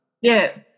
Yes